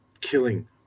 killing